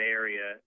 area